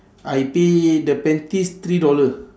I pay the panties three dollar